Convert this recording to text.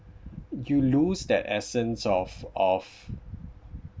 you lose that essence of of